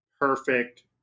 perfect